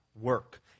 work